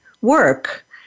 work